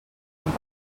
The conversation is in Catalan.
amb